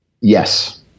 yes